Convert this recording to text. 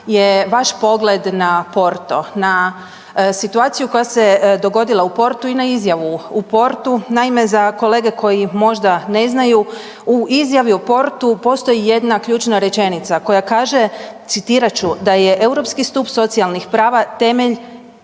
je vaš pogled na Porto, na situaciju koja se dogodila u Portu i na izjavu u Portu. Naime, za kolege koji možda ne znaju, u izjavi o Portu postoji jedna ključna rečenica koja kaže, citirat ću, da je Europski stup socijalnih prava temeljni